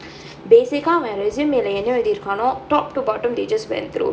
basic அவன் என்:avan en resume என்ன எழுதி இருக்கானோ:enna eluthi irukkaano top to bottom they just went through